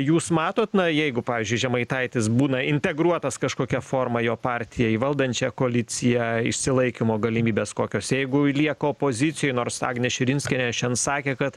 jūs matot na jeigu pavyzdžiui žemaitaitis būna integruotas kažkokia forma jo partija į valdančią koaliciją išsilaikymo galimybės kokios jeigu lieka opozicijoj nors agnė širinskienė šen sakė kad